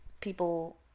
people